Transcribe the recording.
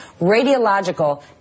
radiological